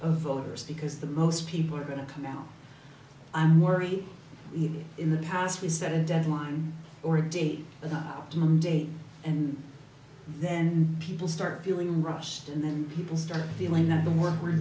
of voters because the most people are going to come out i'm worried even in the past we set a deadline or a date an optimum date and then people start feeling rushed and then people start feeling that the work we're